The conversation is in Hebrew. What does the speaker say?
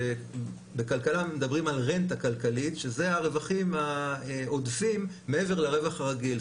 בכלכלה מדברים על רנטה כלכלית שזה הרווחים העודפים מעבר לרווח הרגיל.